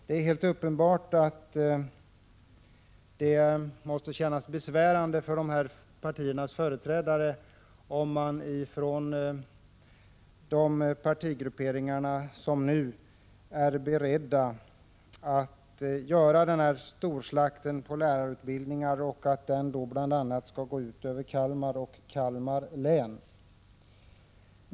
Det är helt uppenbart att det måste kännas besvärande för dessa partiers företrädare om de partigrupperingarna nu är beredda att medverka till denna storslakt på lärarutbildningar som bl.a. skall gå ut över Kalmar och Kalmar län.